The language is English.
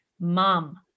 Mom